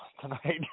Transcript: tonight